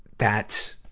that's,